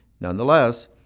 nonetheless